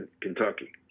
Kentucky